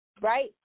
right